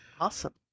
Awesome